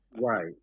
right